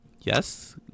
Yes